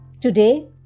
today